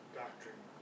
doctrine